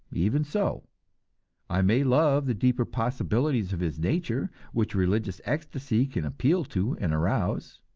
even so i may love the deeper possibilities of his nature, which religious ecstasy can appeal to and arouse.